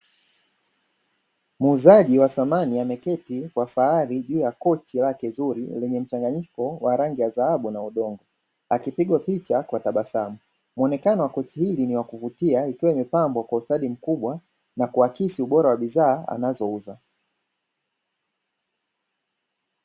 Muuzaji wa samani ameketi kwa fahari juu ya kochi lake zuri lenye mchanganyiko wa rangi ya dhahabu na udongo, akipigwa picha kwa tabasamu. Muonekano wa kochi hili ni wa kuvutia ikiwa imepambwa kwa ustadi mkubwa na kuakisi ubora wa bidhaa anazouza.